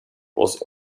was